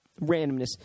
randomness